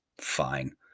Fine